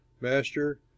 Master